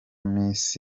miss